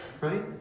right